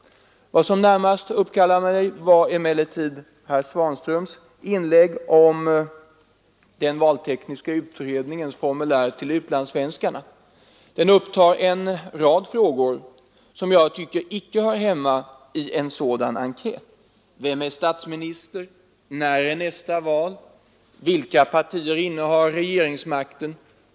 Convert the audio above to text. Vad som närmast uppkallade mig var emellertid herr Svanströms inlägg om den valtekniska utredningens frågeformulär till utlandssvenskarna. Det upptar en rad frågor, som jag tycker icke hör hemma i en sådan enkät: Vem är statsminister? När är nästa val? Vilka innehar regeringsmakten?